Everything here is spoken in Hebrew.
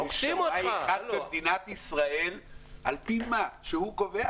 שמאי אחד במדינת ישראל שהוא קובע?